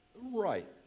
right